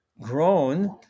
grown